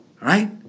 right